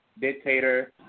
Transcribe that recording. dictator